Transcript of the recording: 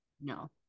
No